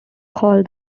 called